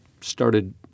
started